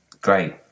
Great